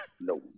no